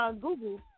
Google